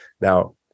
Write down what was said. Now